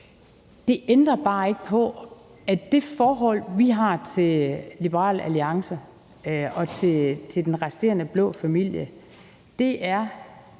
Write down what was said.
Det ændrer bare ikke på, at det forhold, vi har til Liberal Alliance og til den resterende blå familie, er et